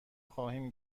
خواهیم